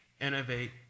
innovate